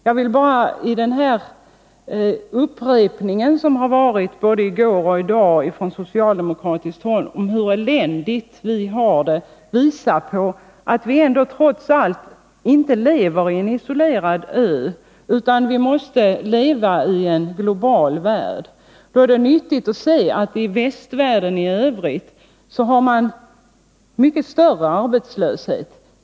Jag ville bara, efter uppräkningen från socialdemokratiskt håll både i går och i dag av hur eländigt vi har det, visa på att vi trots allt inte lever som på en isolerad ö utan i en global värld. Då är det nyttigt att se att man i västvärlden i övrigt har mycket större arbetslöshet.